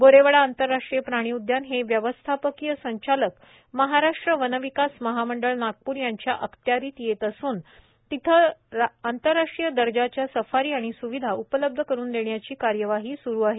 गोरेवाडा आंतरराष्ट्रीय प्राणी उद्यान हे हे व्यवस्थापकीय संचालक महाराष्ट्र वनविकास महामंडळ नागपूर यांच्या अखत्यारीत असून तिथं आंतरराष्ट्रीय दर्जाच्या सफारी आणि सुविधा उपलब्ध करुन देण्याची कार्यवाही कार्यवाही सुरु आहे